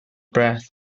breath